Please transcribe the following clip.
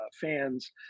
fans